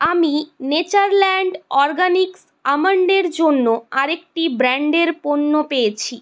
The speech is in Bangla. আমি নেচারল্যান্ড অরগ্যানিকস আমন্ডের জন্য আরেকটি ব্র্যান্ডের পণ্য পেয়েছি